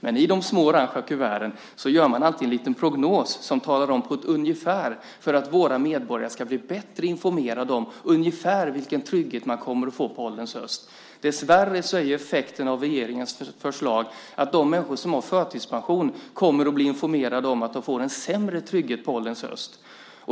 Men i de små orangefärgade kuverten finns alltid en liten prognos - detta för att våra medborgare ska bli bättre informerade om ungefär vilken trygghet de kommer att få på ålderns höst. Dessvärre är effekterna av regeringens förslag att de människor som har förtidspension kommer att bli informerade om att de får en sämre trygghet på ålderns höst.